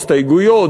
הסתייגויות,